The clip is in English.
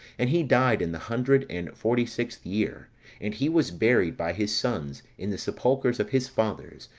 and he died in the hundred and forty-sixth year and he was buried by his sons in the sepulchres of his fathers,